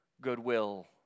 Goodwill